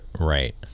right